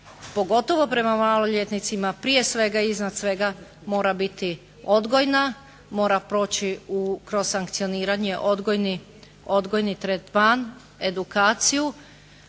pogotovo prema maloljetnicima prije svega i iznad svega mora biti odgojna, mora proći kroz sankcioniranje odgojni tretman, edukaciju,